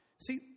See